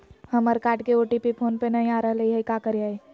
हमर कार्ड के OTP phone पे नई आ रहलई हई, का करयई?